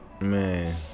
man